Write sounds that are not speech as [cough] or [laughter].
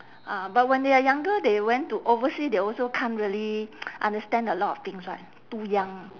ah but when they are younger they went to oversea they also can't really [noise] understand a lot of things right too young